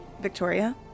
Victoria